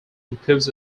includes